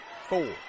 four